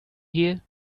here